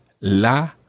la